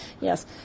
yes